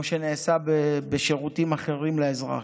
כמו שנעשה בשירותים אחרים לאזרח.